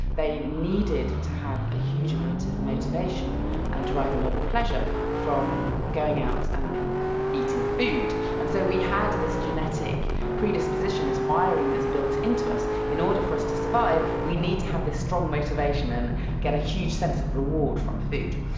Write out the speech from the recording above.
they needed to have a huge amount of motivation and derive a lot of pleasure from going out and eating food. and so we had this genetic predisposition, this wiring that's built into us, in order for us to survive, we need to have this strong motivation and get a huge sense of reward from food.